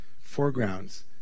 foregrounds